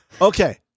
Okay